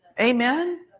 Amen